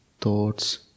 thoughts